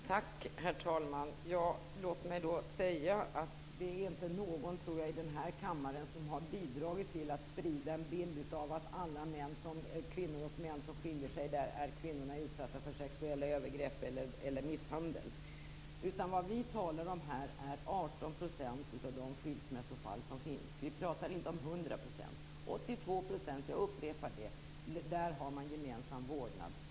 Herr talman! Låt mig då säga att jag inte tror att det är någon i den här kammaren som har bidragit till att sprida en bild av att det i alla de fall där kvinnor och män skiljer sig beror på att kvinnorna är utsatta för sexuella övergrepp eller misshandel. Det vi talar om här är 18 % av de skilsmässofall som finns. Vi pratar inte om 100 %. I 82 %, jag upprepar det, har man gemensam vårdnad.